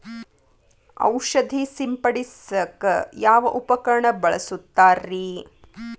ಔಷಧಿ ಸಿಂಪಡಿಸಕ ಯಾವ ಉಪಕರಣ ಬಳಸುತ್ತಾರಿ?